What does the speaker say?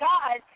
God